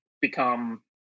become